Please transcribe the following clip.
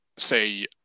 Say